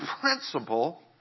principle